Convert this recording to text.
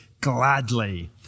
gladly